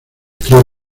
tres